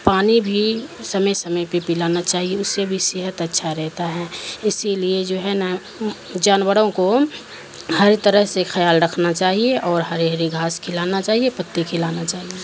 پانی بھی سمے سمے پہ پلانا چاہیے اس سے بھی صحت اچھا رہتا ہے اسی لیے جو ہے نا جانوروں کو ہر طرح سے خیال رکھنا چاہیے اور ہری ہری گھاس کھلانا چاہیے پتیتے کھلانا چاہیے